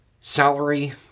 Salary